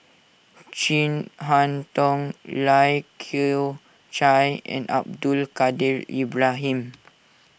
Chin Harn Tong Lai Kew Chai and Abdul Kadir Ibrahim